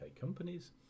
companies